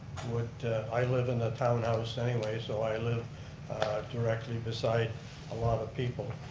i live in a townhouse anyway so i live directly beside a lot of people.